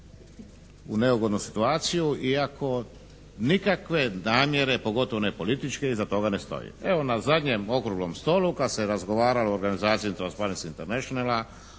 u neugodnu situaciju iako nikakve namjere, pogotovo ne političke iza toga ne stoje. Evo, na zadnjem okruglom stolu kad se razgovaralo o organizaciji Transparency Internationala,